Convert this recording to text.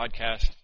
podcast